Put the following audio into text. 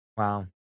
Wow